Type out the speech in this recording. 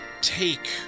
take